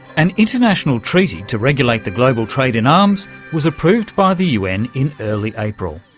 an international treaty to regulate the global trade in arms was approved by the un in early april.